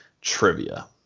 trivia